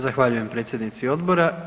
Zahvaljujem, predsjednici odbora.